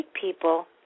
people